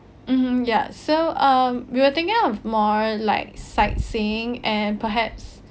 mmhmm ya so um we were thinking of more like sightseeing and perhaps